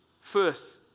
first